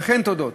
וכן תודות